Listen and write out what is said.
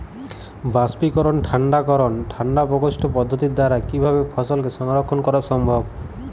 বাষ্পীকরন ঠান্ডা করণ ঠান্ডা প্রকোষ্ঠ পদ্ধতির দ্বারা কিভাবে ফসলকে সংরক্ষণ করা সম্ভব?